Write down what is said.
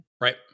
Right